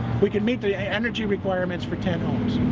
we can meet the energy requirements for ten homes.